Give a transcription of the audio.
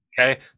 Okay